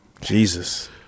Jesus